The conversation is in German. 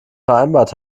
vereinbart